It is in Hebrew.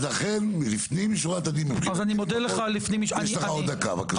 אז לכן לפנים משורת הדין יש לך עוד דקה, בבקשה.